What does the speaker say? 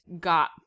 got